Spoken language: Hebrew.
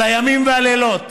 על הימים והלילות,